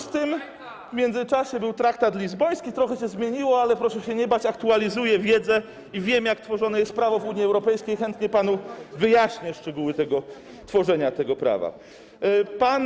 W międzyczasie był traktat lizboński, trochę się zmieniło, ale proszę się nie bać, aktualizuję wiedzę i wiem, jak tworzone jest prawo w Unii Europejskiej, i chętnie panu wyjaśnię szczegóły tworzenia tego prawa.